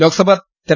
ലോക്സഭാ തെര